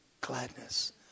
gladness